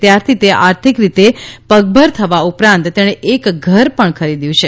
ત્યારથી તે આર્થિક રીતે પગભર થવા ઉપરાંત તેણે એક ઘર પણ ખરીદ્યું છે